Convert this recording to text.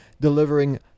delivering